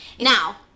Now